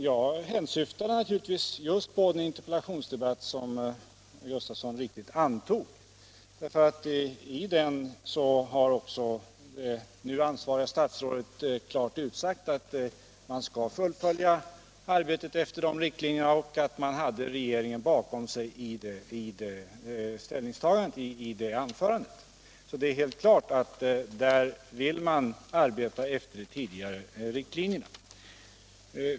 Jag syftade naturligtvis just på den interpellationsdebatt som herr Gustafsson så riktigt antog. I den debatten har det nu ansvariga statsrådet klart utsagt att man skall fullfölja arbetet efter de tidigare riktlinjerna. Vidare meddelade statsrådet Antonsson att hela regeringen stod bakom den utfästelsen. Det är alltså helt klart att regeringen vill att man skall arbeta efter de tidigare utfärdade riktlinjerna.